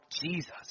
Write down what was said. Jesus